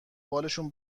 بالشونم